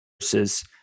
versus